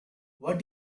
what